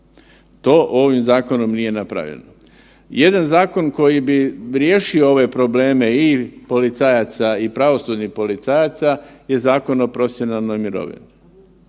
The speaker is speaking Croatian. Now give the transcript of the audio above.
To ovim zakonom nije napravljeno. Jedan zakon koji bi riješio ove probleme i policajaca i pravosudnih policajaca je Zakon o profesionalnoj mirovini.